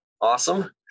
Awesome